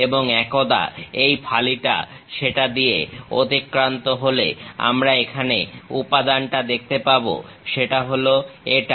এবং একদা এই ফালিটা সেটা দিয়ে অতিক্রান্ত হলে আমরা এখানে উপাদানটা দেখতে পাবো সেটা হলো এটা